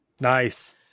Nice